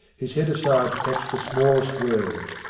his head aside to catch the smallest word.